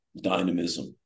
dynamism